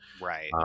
Right